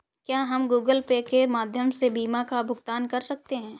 क्या हम Google Pay के माध्यम से बीमा का भुगतान कर सकते हैं?